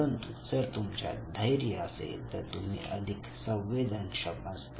परंतु जर तुमच्यात धैर्य असेल तर तुम्ही अधिक संवेदनक्षम असता